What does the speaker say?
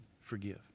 forgive